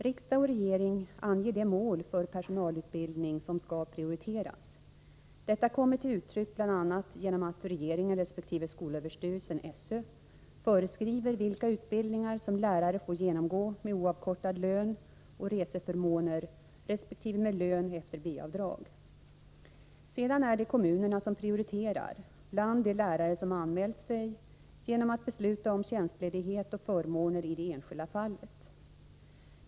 Riksdag och regering anger de områden för personalutbildning som skall prioriteras. Detta kommer till uttryck bl.a. genom att regeringen resp. skolöverstyrelsen föreskriver vilka utbildningar som lärare får genomgå med oavkortad lön och reseförmåner resp. med lön efter B-avdrag. Sedan är det kommunerna som prioriterar, bland de lärare som anmält sig, genom att besluta om tjänstledighet och förmåner i det enskilda fallet.